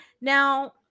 Now